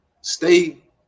stay